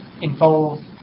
involve